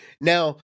Now